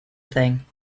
thing